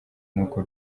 n’uko